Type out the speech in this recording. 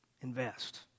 Invest